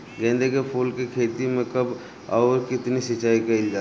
गेदे के फूल के खेती मे कब अउर कितनी सिचाई कइल जाला?